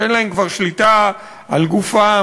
שאין להם כבר שליטה על גופם,